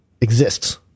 exists